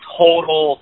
total